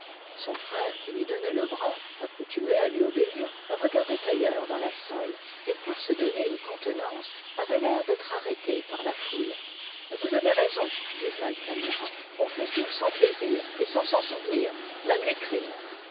son frère qui lui donnait le bras accoutumé à lui obéir regardait ailleurs dans la salle et pour se donner une contenance avait l'air d'être arrêté par la foule vous avez raison disait altamira on fait tout sans plaisir et sans s'en souvenir même les crimes